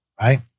right